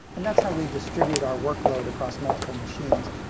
and that's how we distribute our workload across multiple machines.